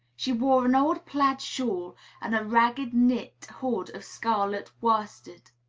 she wore an old plaid shawl and a ragged knit hood of scarlet worsted.